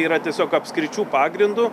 yra tiesiog apskričių pagrindu